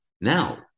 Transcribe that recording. Now